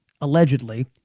allegedly